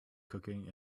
cooking